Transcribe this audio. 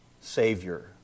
Savior